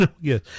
Yes